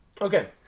Okay